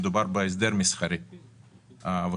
מדובר בהסדר מסחרי ובחקיקה.